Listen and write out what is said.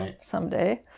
someday